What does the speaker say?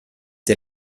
der